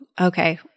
okay